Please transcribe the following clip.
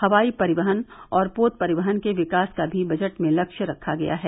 हवाई परिवहन और पोत परिवहन के विकास का भी बजट में लक्ष्य रखा गया है